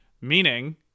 meaning